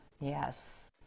yes